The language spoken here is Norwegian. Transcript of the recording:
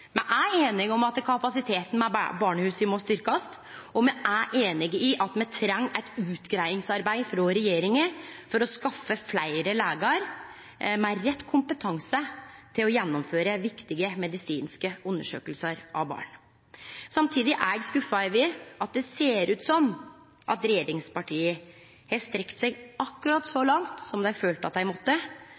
Me er einige om at kapasiteten ved barnehusa må styrkjast, og me er einige om at me treng eit utgreiingsarbeid frå regjeringa for å skaffe fleire legar med rett kompetanse til å gjennomføre viktige medisinske undersøkingar av barn. Samtidig er eg skuffa over at det ser ut som om regjeringspartia har strekt seg akkurat så langt som dei har følt at dei måtte,